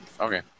Okay